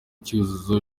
cyuzuzo